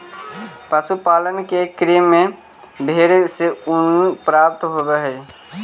पशुपालन के क्रम में भेंड से ऊन प्राप्त होवऽ हई